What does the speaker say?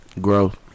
growth